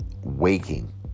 waking